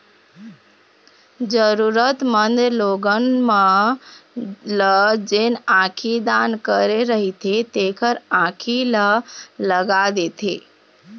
जरुरतमंद लोगन मन ल जेन आँखी दान करे रहिथे तेखर आंखी ल लगा देथे